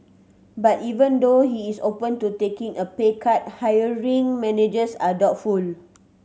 but even though he is open to taking a pay cut hiring managers are doubtful